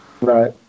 Right